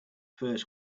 first